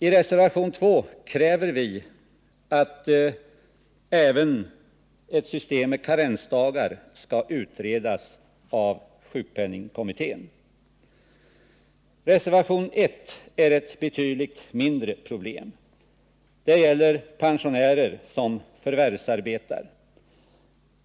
I reservationen 2 kräver vi att även ett system med karensdagar skall utredas av sjukpenningkommittén. I reservationen 1 tas ett betydligt mindre problem upp. Det gäller pensionärer som förvärvsarbetar.